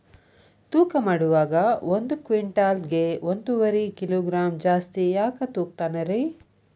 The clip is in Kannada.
ತೂಕಮಾಡುವಾಗ ಒಂದು ಕ್ವಿಂಟಾಲ್ ಗೆ ಒಂದುವರಿ ಕಿಲೋಗ್ರಾಂ ಜಾಸ್ತಿ ಯಾಕ ತೂಗ್ತಾನ ರೇ?